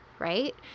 right